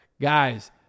Guys